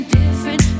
different